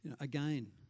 Again